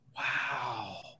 Wow